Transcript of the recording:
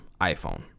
iPhone